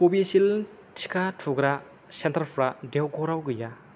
कविसिल्द टिका थुग्रा सेन्टारफोरा देवघरआव गैया